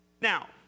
Now